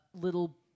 Little